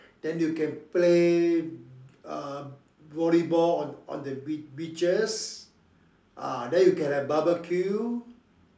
then you can play uh volleyball on on the beach beaches then you can have barbecue